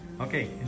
Okay